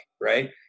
right